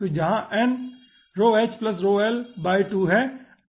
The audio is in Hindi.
तो जहां n है